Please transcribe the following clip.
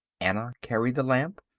anna carried the lamp,